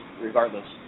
regardless